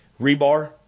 rebar